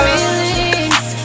Feelings